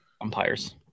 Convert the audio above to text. umpires